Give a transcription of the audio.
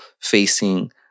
facing